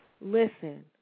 listen